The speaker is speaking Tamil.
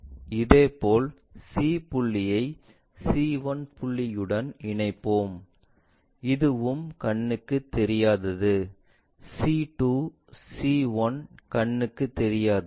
இதேபோல் C புள்ளியை C 1 புள்ளியுடன் இணைப்போம் இதுவும் கண்ணுக்கு தெரியாதது C 2 C 1 கண்ணுக்கு தெரியாதது